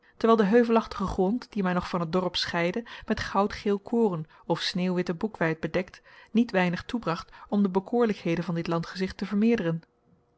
terwijl de heuvelachtige grond die mij nog van het dorp scheidde met goudgeel koren of sneeuwwitte boekweit bedekt niet weinig toebracht om de bekoorlijkheden van dit landgezicht te vermeerderen